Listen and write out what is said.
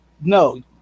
no